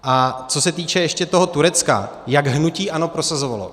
A co se týče ještě toho Turecka, jak hnutí ANO prosazovalo.